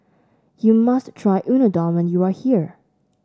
you must try Unadon when you are here